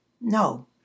no